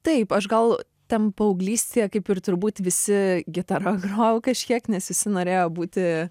taip aš gal ten paauglystėje kaip ir turbūt visi gitara grojau kažkiek nes visi norėjo būti